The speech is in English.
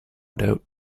doubt